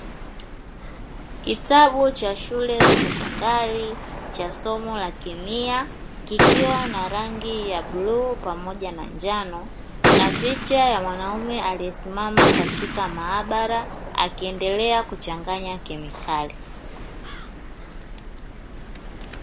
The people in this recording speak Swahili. Kitabu cha shule za sekondari cha somo la kemia kikiwa na rangi ya bluu pamoja na njano na picha ya mwanaume, aliyesimama katika maabara akiendelea kuchanganya kemikali.